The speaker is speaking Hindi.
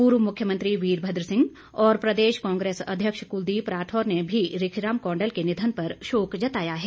पूर्व मुख्यमंत्री वीरभद्र सिंह और प्रदेश कांग्रेस अध्यक्ष कुलदीप राठौर ने भी रिखीराम कौंडल के निधन पर शोक जताया है